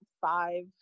five